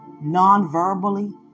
non-verbally